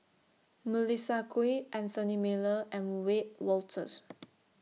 Melissa Kwee Anthony Miller and Wiebe Wolters